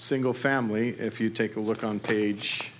single family if you take a look on page